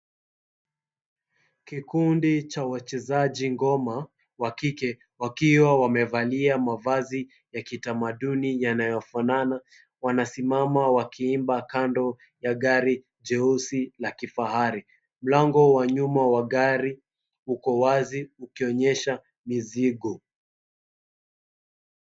Kikundi cha wachezaji ngoma wa kike wakiwa wamevalia mavazi ya kitamaduni yanayofanana wanasimama wakiimba kando ya gari jeusi la kifahari. Mlango wa nyuma wa gari uko wazi ukionyesha mizigo.